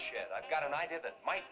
chat i've got an idea that might